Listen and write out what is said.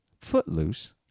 Footloose